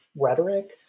rhetoric